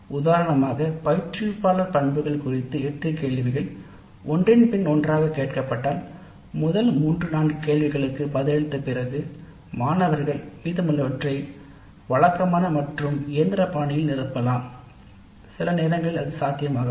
உதாரணத்துக்கு பயிற்றுவிப்பாளர் என்பது குறித்து 8 கேள்விகள் ஒன்றன் பின் ஒன்றாக வந்தால் முதல் 3 4 கேள்விகளுக்கு பதிலளித்த பிறகு மாணவர்கள் மீதமுள்ளவற்றை வழக்கமான மற்றும் இயந்திர பாணியில் நிரப்பலாம்